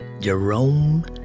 Jerome